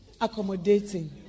accommodating